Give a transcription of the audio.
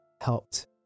helped